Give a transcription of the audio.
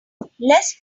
less